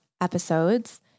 episodes